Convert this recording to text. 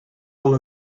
all